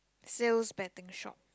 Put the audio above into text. sales betting shop